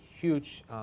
huge